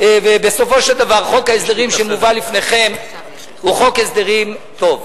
ובסופו של דבר חוק ההסדרים שמובא לפניכם הוא חוק הסדרים טוב.